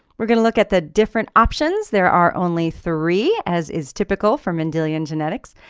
we're going to look at the different options, there are only three. as is typical for mendelian genetics.